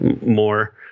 more